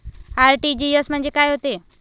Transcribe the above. RTGS म्हंजे काय होते?